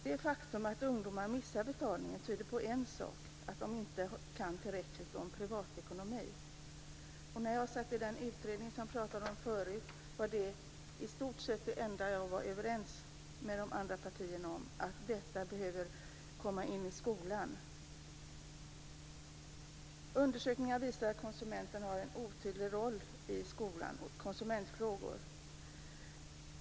Det faktum att ungdomar missar betalningen tyder på en sak, nämligen att de inte kan tillräckligt om privatekonomi. Det behöver komma in i skolans undervisning. Av det som lades fram i den utredning som det talades om förut var detta i stort sett det enda som jag var överens om med de andra partierna. Undersökningar visar att konsumentfrågor har en otydlig roll i skolan.